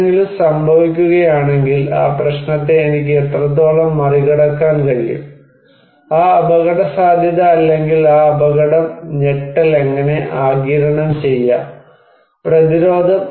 എന്തെങ്കിലും സംഭവിക്കുകയാണെങ്കിൽ ആ പ്രശ്നത്തെ എനിക്ക് എത്രത്തോളം മറികടക്കാൻ കഴിയും ആ അപകടസാധ്യത അല്ലെങ്കിൽ ആ അപകടം ഞെട്ടൽ എങ്ങനെ ആഗിരണം ചെയ്യാം പ്രതിരോധം